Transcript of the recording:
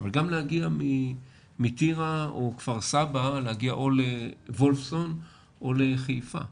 אבל גם להגיע מטירה או כפר סבא לוולפסון או לחיפה,